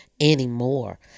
anymore